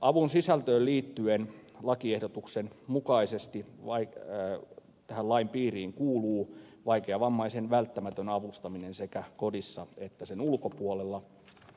avun sisältöön liittyen lakiehdotuksen mukaisesti lain piiriin kuuluu vaikeavammaisen välttämätön avustaminen sekä kodissa että sen ulkopuolella